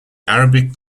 arabic